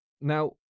Now